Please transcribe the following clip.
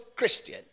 Christian